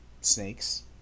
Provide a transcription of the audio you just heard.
snakes